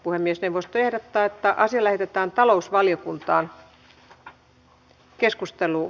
puhemiesneuvosto ehdottaa että asia lähetetään talousvaliokuntaan